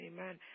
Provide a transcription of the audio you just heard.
Amen